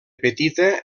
petita